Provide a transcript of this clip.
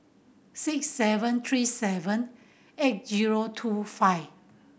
six seven three seven eight zero two five